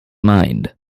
mind